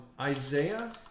Isaiah